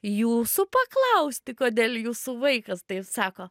jūsų paklausti kodėl jūsų vaikas tai sako